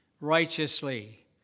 righteously